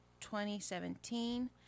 2017